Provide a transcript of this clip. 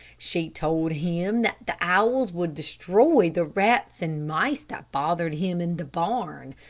she told him that the owls would destroy the rats and mice that bothered him in the barn,